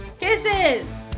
kisses